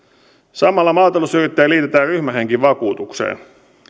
samalla maatalousyrittäjä liitetään ryhmähenkivakuutukseen